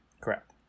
Correct